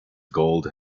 gold